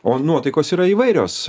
o nuotaikos yra įvairios